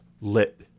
lit